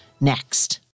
next